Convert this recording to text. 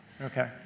Okay